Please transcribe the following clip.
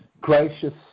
gracious